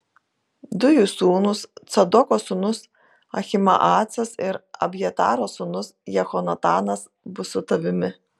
du jų sūnūs cadoko sūnus ahimaacas ir abjataro sūnus jehonatanas bus su tavimi